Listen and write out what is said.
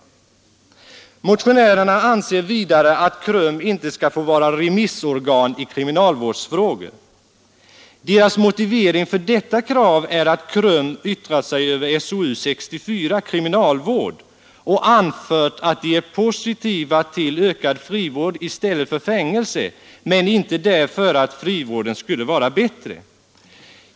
26 april 1973 Motionärerna anser vidare att KRUM inte skall få vara remissorgan i kriminalvårdsfrågor. Deras motivering för detta krav är att KRUM yttrat sig över SOU 1972:64, Kriminalvård, och anfört att KRUM är positiv till ökad frivård i stället för fängelse men inte därför att frivården skulle vara bättre.